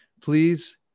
Please